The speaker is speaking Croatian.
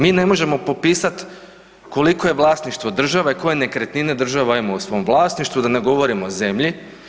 Mi ne možemo popisati koliko je vlasništvo države, koje nekretnine država ima u svom vlasništvu, da ne govorimo o zemlji.